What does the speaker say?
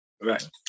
Right